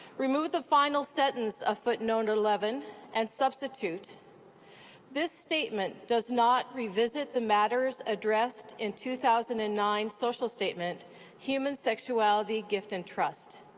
remove the final sentence of footnote eleven, and substitute this statement does not revisit the matters addressed in two thousand and nine social statement human sexuality, gift and trust.